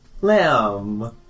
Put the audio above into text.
Lamb